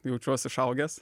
jaučiuos išaugęs